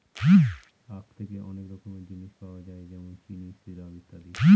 আঁখ থেকে অনেক রকমের জিনিস পাওয়া যায় যেমন চিনি, সিরাপ, ইত্যাদি